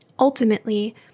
Ultimately